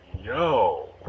Yo